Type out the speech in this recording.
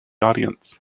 audience